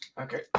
Okay